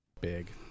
big